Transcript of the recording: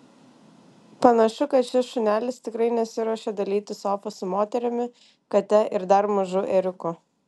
panašu kad šis šunelis tikrai nesiruošia dalytis sofa su moterimi kate ir dar mažu ėriuku